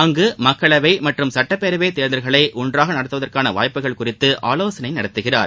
அங்கு மக்களவை மற்றும் சட்டப்பேரவைத் தேர்தல்களை ஒன்றாக நடத்துவதற்கான வாய்ப்புகள் குறித்து ஆலோசனை நடத்துகிறார்